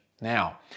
Now